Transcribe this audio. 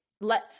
let